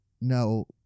no